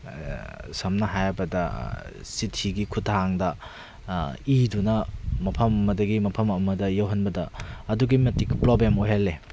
ꯁꯝꯅ ꯍꯥꯏꯔꯕꯗ ꯆꯤꯊꯤꯒꯤ ꯈꯨꯠꯊꯥꯡꯗ ꯏꯗꯨꯅ ꯃꯐꯝ ꯑꯃꯗꯒꯤ ꯃꯐꯝ ꯑꯃꯗ ꯌꯧꯍꯟꯕꯗ ꯑꯗꯨꯛꯀꯤ ꯃꯇꯤꯛ ꯄꯂꯣꯕꯦꯝ ꯑꯣꯏꯍꯜꯂꯦ